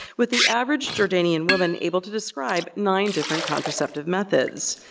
with the average jordanian woman able to describe nine different contraceptive methods.